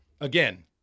Again